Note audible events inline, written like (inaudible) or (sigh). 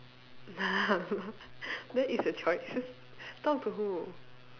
(laughs) that is a choices talk to who